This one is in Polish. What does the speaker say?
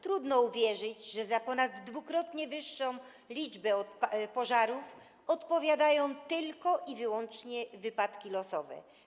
Trudno uwierzyć, że za ponad dwukrotnie większą liczbę pożarów odpowiadają tylko i wyłącznie wypadki losowe.